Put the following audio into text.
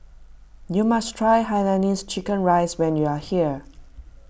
you must try Hainanese Chicken Rice when you are here